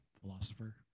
philosopher